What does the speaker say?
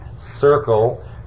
Circle